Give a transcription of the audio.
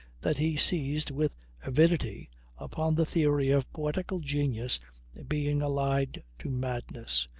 that he seized with avidity upon the theory of poetical genius being allied to madness,